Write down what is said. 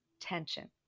tension